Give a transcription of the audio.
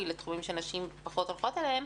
לתחומים שנשים פחות הולכות אליהן,